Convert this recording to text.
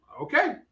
okay